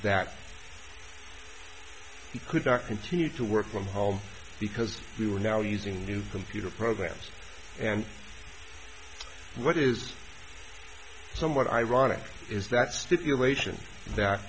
that feet could not continue to work from home because you are now using new computer programs and what is somewhat ironic is that stipulation that